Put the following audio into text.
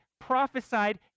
prophesied